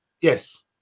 Yes